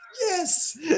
yes